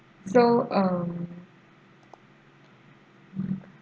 so um